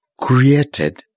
created